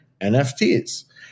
NFTs